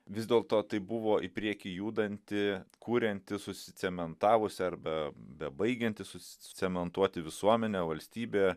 vis dėlto tai buvo į priekį judanti kurianti susicementavusi arba bebaigianti susicementuoti visuomenė valstybė